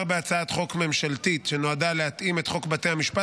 התקבלה בקריאה השנייה